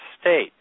state